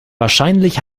wahrscheinlich